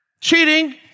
cheating